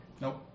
Nope